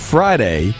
Friday